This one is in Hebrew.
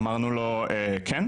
אמרנו לו כן,